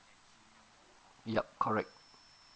yup correct